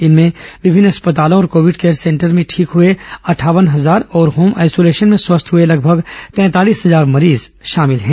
इनमें विभिन्न अस्पतालों और कोविड केयर सेंटर्स में ठीक हुए अंठावन हजार और होम आइसोलेशन में स्वस्थ हुए लगभग तैंतालीस हजार मरीज शामिल हैं